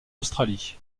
australie